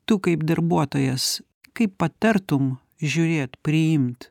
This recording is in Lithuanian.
tu kaip darbuotojas kaip patartum žiūrėt priimt